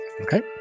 Okay